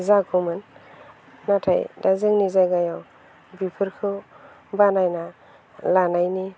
जागौमोन नाथाय दा जोंनि जायगायाव बेफोरखौ बानायना लानायनि